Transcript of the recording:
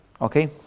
Okay